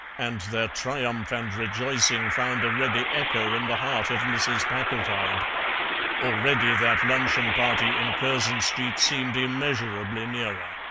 and their triumph and rejoicing found a ready echo in the heart of mrs. packletide already that luncheon-party in curzon street seemed immeasurably nearer.